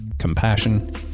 compassion